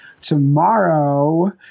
Tomorrow